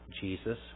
Jesus